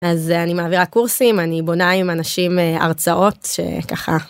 אז אני מעבירה קורסים, אני בונה עם אנשים הרצאות שככה